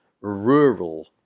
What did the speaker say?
rural